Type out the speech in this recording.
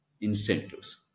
Incentives